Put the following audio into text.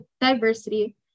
diversity